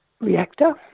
Reactor